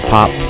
Pop